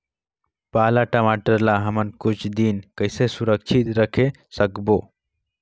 पाला टमाटर ला हमन कुछ दिन कइसे सुरक्षित रखे सकबो?